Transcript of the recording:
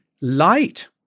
light